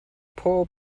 pob